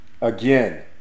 Again